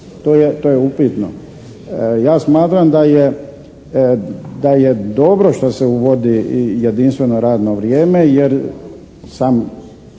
to je upitno. Ja smatram da je, da je dobro što se uvodi i jedinstveno radno vrijeme jer sam